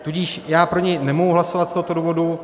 Tudíž já pro něj nemohu hlasovat z tohoto důvodu.